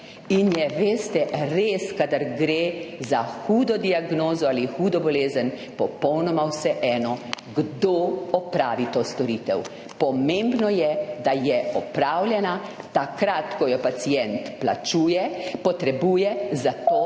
In je, veste, res, kadar gre za hudo diagnozo ali hudo bolezen, popolnoma vseeno, kdo opravi to storitev. Pomembno je, da je opravljena, takrat ko jo pacient plačuje, potrebuje, zato